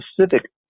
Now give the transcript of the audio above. specific